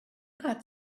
got